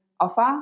offer